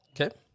Okay